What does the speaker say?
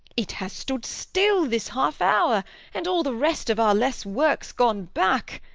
it has stood still this half hour and all the rest of our less works gone back.